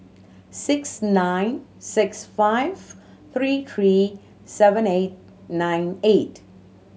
six nine six five three three seven eight nine eight